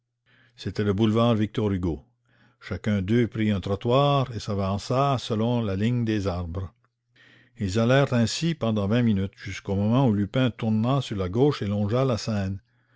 le boulevard victor hugo chacun d'eux prit un trottoir et s'avança selon la ligne des arbres ils allèrent ainsi pendant vingt minutes jusqu'au moment où bresson tourna sur la gauche et longea la seine